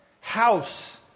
House